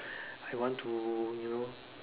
I want to you know